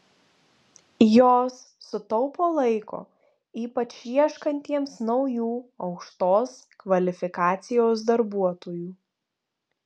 jos sutaupo laiko ypač ieškantiesiems naujų aukštos kvalifikacijos darbuotojų